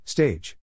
Stage